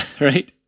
right